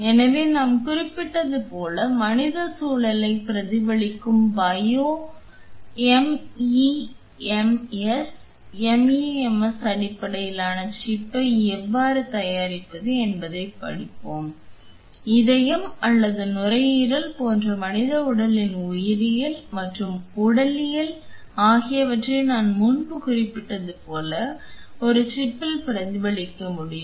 எனவே நாம் குறிப்பிட்டது போல் மனித சூழலைப் பிரதிபலிக்கும் பயோ எம்இஎம்எஸ் எம்இஎம்எஸ் அடிப்படையிலான சிப்பை எவ்வாறு தயாரிப்பது என்பதைப் படிப்போம் இதயம் அல்லது நுரையீரல் போன்ற மனித உடலின் உயிரியல் மற்றும் உடலியல் ஆகியவற்றை நான் முன்பு குறிப்பிட்டது போல் ஒரு சிப்பில் பிரதிபலிக்க முடியும்